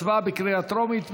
הצבעה בקריאה טרומית.